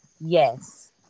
Yes